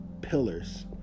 pillars